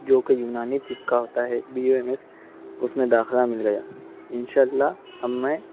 جو کہ یونانی طب کا ہوتا ہے بی یو ایم ایس اس میں داخلہ مل گیا ان شا اللہ اب میں